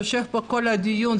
יושב פה במשך כל הדיון,